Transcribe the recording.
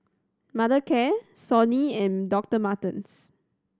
Mothercare Sony and Doctor Martens